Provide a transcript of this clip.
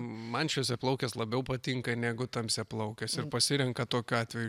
man šviesiaplaukės labiau patinka negu tamsiaplaukės ir pasirenka tokiu atveju